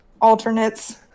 alternates